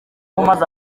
umaze